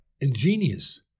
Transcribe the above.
ingenious